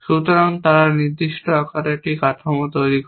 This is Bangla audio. সুতরাং তারা নির্দিষ্ট আকারের একটি কাঠামো তৈরি করে